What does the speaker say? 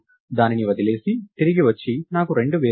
మీరు దానిని వదిలివేసి తిరిగి వచ్చి నాకు రెండు